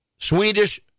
Swedish